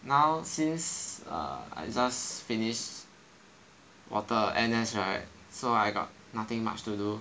now since err I just finish 我的 N_S right so I got nothing much to do